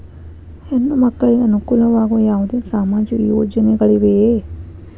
ಹೆಣ್ಣು ಮಕ್ಕಳಿಗೆ ಅನುಕೂಲವಾಗುವ ಯಾವುದೇ ಸಾಮಾಜಿಕ ಯೋಜನೆಗಳಿವೆಯೇ?